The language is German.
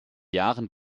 jahren